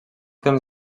temps